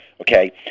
okay